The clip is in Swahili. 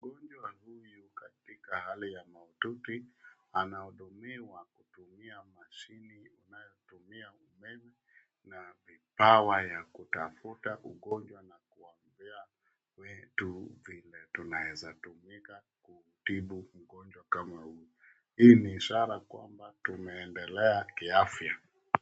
Mgonjwa huyu katika hali mahututi ana hudumiwa kutumia mashini unayo tumia umeme na vipawa ya kutafuta ugonjwa na kuambia wetu vile tunaweza tumika kutibu mgonjwa kama huu .Hii ni ishara kwamba tumeendelea kiafya.